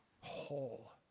whole